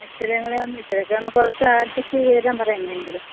ഇച്ചിരി കൂടെ ഒന്ന് ഇച്ചിരി ഒക്കെ ഒന്നു കുറച്ച് അഡ്ജസ്റ്റ് ചെയ്ത് തരാൻ പറ എങ്ങനെയെങ്കിലും